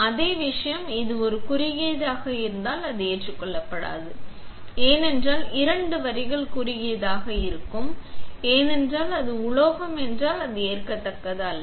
அதே விஷயம் இது ஒரு குறுகியதாக இருந்தால் அது ஏற்றுக்கொள்ளப்படாது ஏனென்றால் இரண்டு வரிகள் குறுகியதாக இருக்கும் ஏனெனில் அது ஒரு உலோகம் என்றால் அது ஏற்கத்தக்கது அல்ல